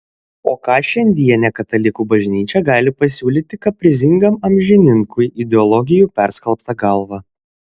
o ką šiandienė katalikų bažnyčia gali pasiūlyti kaprizingam amžininkui ideologijų perskalbta galva